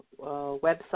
website